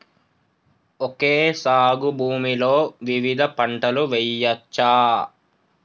Okay సాగు భూమిలో వివిధ పంటలు వెయ్యచ్చా?